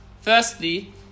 firstly